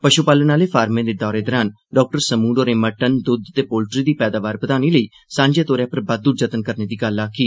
पशुपालन आह्ले फार्मे दे दौरे दौरान डाक्टर समून होरें मटन दुद्ध ते पोल्टरी दी पैदावार बघाने लेई सांझे तौर पर बाद्धू जतन करने दी गल्ल आखी